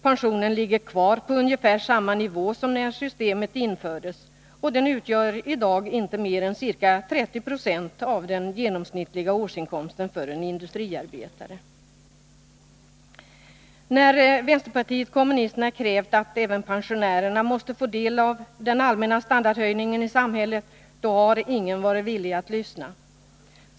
Pensionen ligger på ungefär samma nivå som när systemet infördes, och den utgör i dag inte mer än ca 30 20 av den genomsnittliga årsinkomsten för en industriarbetare. När vänsterpartiet kommunisterna krävt att även pensionärerna måste få del av den allmänna standardhöjningen i samhället har ingen varit villig att lyssna.